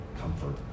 comfort